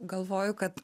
galvoju kad